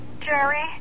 Jerry